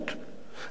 אדוני היושב-ראש,